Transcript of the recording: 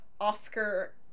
Oscar